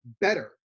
better